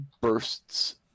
bursts